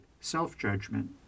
self-judgment